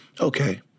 Okay